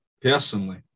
personally